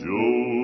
Joe